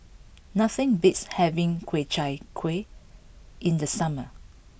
nothing beats having Ku Chai Kueh in the summer